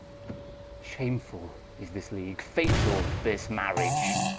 shamefull is this league, fatall this marriage,